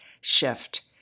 shift